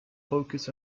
focus